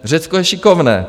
Řecko je šikovné.